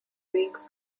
weeks